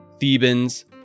Thebans